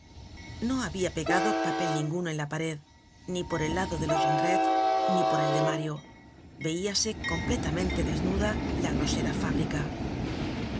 no habia pegado papel ninguno en la pared ni por el lado de los jondrette ni por el de mario veíase completamente desnuda la grosera fábrica